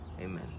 Amen